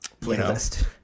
playlist